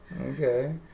Okay